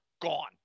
gone